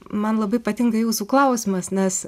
man labai patinka jūsų klausimas nes